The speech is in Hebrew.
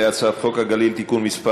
כן, אנחנו עוברים להצעת חוק הגליל (תיקון מס'